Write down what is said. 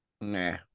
Nah